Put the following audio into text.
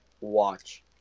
Watch